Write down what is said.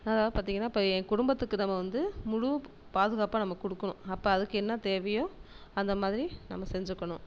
அதனால் பார்த்தீங்கன்னா இப்போ என் குடும்பத்துக்கு நம்ம வந்து முழுப் பாதுகாப்பை நம்ம கொடுக்கணும் அப்போ அதுக்கு என்ன தேவையோ அந்த மாதிரி நம்ம செஞ்சுக்கணும்